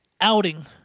outing